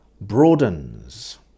Broadens